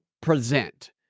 present